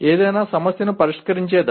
ఏదైనా సమస్యను పరిష్కరించే దశ